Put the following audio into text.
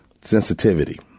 sensitivity